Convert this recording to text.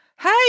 Hey